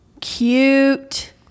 cute